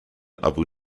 abu